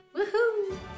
Woohoo